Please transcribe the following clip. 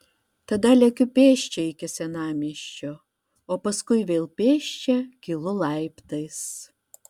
tada lekiu pėsčia iki senamiesčio o paskui vėl pėsčia kylu laiptais